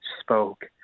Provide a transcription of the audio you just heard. spoke